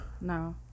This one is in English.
No